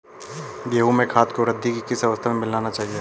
गेहूँ में खाद को वृद्धि की किस अवस्था में मिलाना चाहिए?